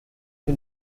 que